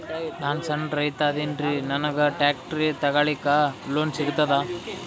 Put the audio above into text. ನಾನ್ ಸಣ್ ರೈತ ಅದೇನೀರಿ ನನಗ ಟ್ಟ್ರ್ಯಾಕ್ಟರಿ ತಗಲಿಕ ಲೋನ್ ಸಿಗತದ?